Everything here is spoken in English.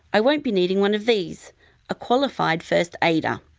i won't be needing one of these a qualified first aider.